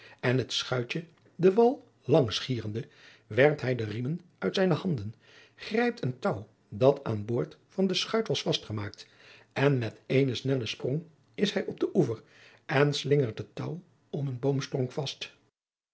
en het schuitje den wal langs gierende werpt hij de riemen uit zijne handen grijpt een touw dat aan boord van de schuit was vastgemaakt en met éénen snellen sprong is hij op den oever en slingert het touw om een boomstronk vast